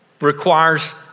requires